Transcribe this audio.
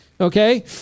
Okay